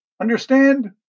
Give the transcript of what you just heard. Understand